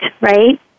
right